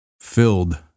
filled